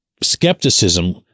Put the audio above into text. skepticism